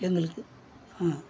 எங்களுக்கு ம்